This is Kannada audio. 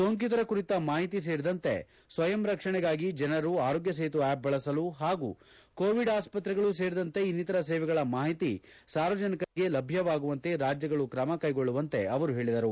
ಸೋಂಕಿತರ ಕುರಿತ ಮಾಹಿತಿ ಸೇರಿದಂತೆ ಸ್ವಯಂ ರಕ್ಷಣೆಗಾಗಿ ಜನರು ಆರೋಗ್ಗ ಸೇತು ಆ್ಲಪ್ ಬಳಸಲು ಹಾಗೂ ಕೋವಿಡ್ ಆಸ್ಪತ್ರೆಗಳು ಸೇರಿದಂತೆ ಇನ್ನಿತರ ಸೇವೆಗಳ ಮಾಹಿತಿ ಸಾರ್ವಜನಿಕರಿಗೆ ಲಭ್ಯವಾಗುವಂತೆ ರಾಜ್ಯಗಳು ಕ್ರಮಕ್ಟೆಗೊಳ್ಳುವಂತೆ ಅವರು ಹೇಳಿದರು